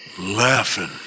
laughing